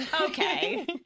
Okay